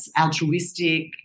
altruistic